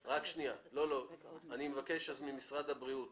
אני מבקש ממשרד הבריאות